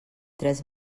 tres